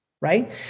right